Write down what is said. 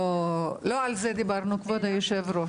לא על זה דיברנו, כבוד היושב-ראש.